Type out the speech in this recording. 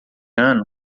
ano